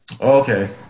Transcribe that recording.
Okay